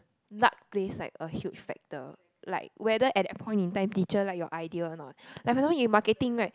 luck plays like a huge factor like whether at the point in time teacher like your idea or not for example in marketing right